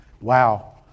Wow